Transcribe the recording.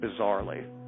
bizarrely